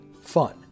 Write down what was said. fun